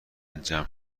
جمع